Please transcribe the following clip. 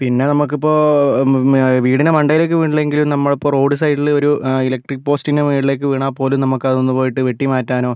പിന്നെ നമുക്കിപ്പോൾ വീടിൻ്റെ മണ്ടേലേയ്ക്ക് വീണില്ലെങ്കിലും നമ്മളിപ്പോൾ റോഡ് സൈഡിൽ ഒരു ഇലക്ട്രിക് പോസ്റ്റിന് മേളിലേക്ക് വീണാൽ പോലും നമുക്കതൊന്നു പോയിട്ട് വെട്ടി മാറ്റാനോ